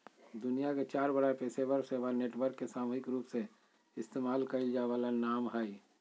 दुनिया के चार बड़ा पेशेवर सेवा नेटवर्क के सामूहिक रूपसे इस्तेमाल कइल जा वाला नाम हइ